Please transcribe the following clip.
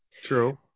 True